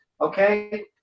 okay